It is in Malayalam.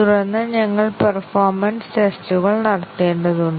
തുടർന്ന് ഞങ്ങൾ പെർഫോമൻസ് ടെസ്റ്റുകൾ നടത്തേണ്ടതുണ്ട്